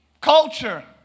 Culture